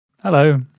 Hello